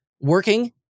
working